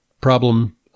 problem